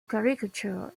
caricature